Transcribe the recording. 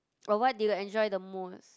or what do you enjoy the most